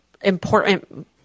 important